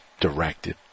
directed